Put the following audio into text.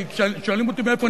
כי כששואלים אותי מאיפה,